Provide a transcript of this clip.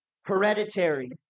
hereditary